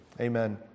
amen